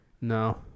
no